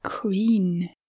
queen